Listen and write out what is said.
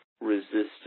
resistance